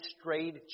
strayed